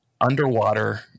underwater